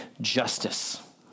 justice